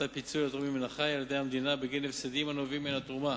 פיצוי לתורמים מן החי על-ידי המדינה בגין הפסדים הנובעים מן התרומה,